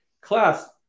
class